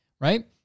right